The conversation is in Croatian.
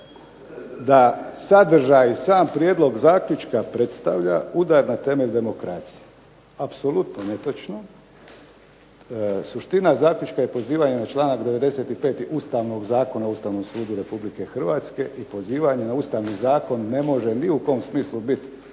"Da sadržaj i sam prijedlog zaključka predstavlja udar na temelj demokracije." Apsolutno netočno! Suština zaključka je pozivanje na članak 95. Ustavnog zakona o Ustavnom sudu RH i pozivanje na Ustavni zakon ne može ni u kom smislu biti